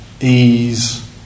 ease